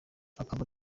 akaba